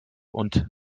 und